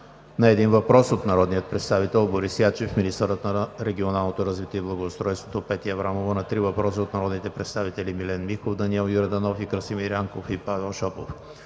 на един въпрос от народния представител Борис Ячев; - министърът на регионалното развитие и благоустройството Петя Аврамова на три въпроса от народните представители Милен Михов, Даниел Йорданов, Красимир Янков и Павел Шопов.